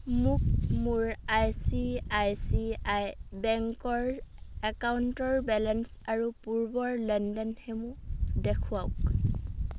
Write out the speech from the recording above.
মোক মোৰ I C I C I বেংকৰ একাউণ্টৰ বেলেঞ্চ আৰু পূৰ্বৰ লেনদেনসমূহ দেখুৱাওক